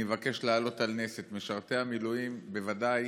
אני מבקש להעלות על נס את משרתי המילואים, ודאי